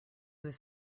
was